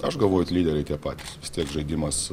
aš galvojuvot lyderiai tie patys vis tiek žaidimas